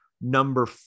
Number